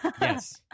Yes